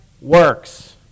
works